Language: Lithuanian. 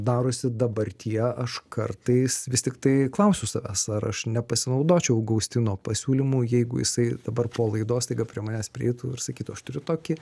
darosi dabartyje aš kartais vis tiktai klausiu savęs ar aš nepasinaudočiau gaustino pasiūlymu jeigu jisai dabar po laidos staiga prie manęs prieitų ir sakytų aš turiu tokį